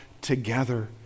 together